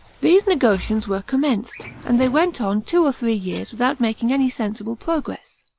these negotiations were commenced, and they went on two or three years without making any sensible progress.